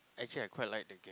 actually I quite like the game